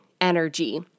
energy